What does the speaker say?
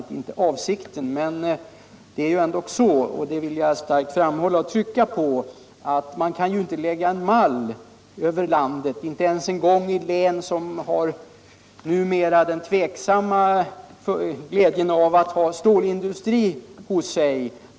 Men det är ändock så — och det vill jag starkt understryka —- att man inte i detta sammanhang kan lägga en mall över landet eller ens över de län som har den numera tveksamma fördelen av att ha stålindustri.